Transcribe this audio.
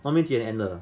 外面几点 end 的